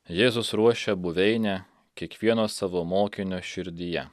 jėzus ruošia buveinę kiekvieno savo mokinio širdyje